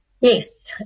Yes